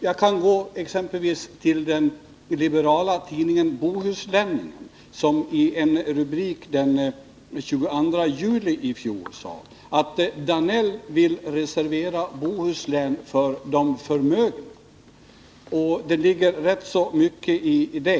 Vi kan exempelvis gå till den liberala tidningen Bohusläningen, som i en rubrik den 22 juli i fjol sade att Georg Danell vill reservera Bohuslän för de förmögna. Det ligger rätt mycket i det.